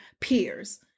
peers